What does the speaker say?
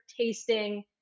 tasting